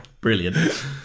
Brilliant